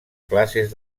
classes